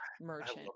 merchant